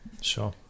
Sure